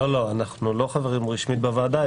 אנחנו לא חברים רשמיים בוועדה.